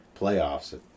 playoffs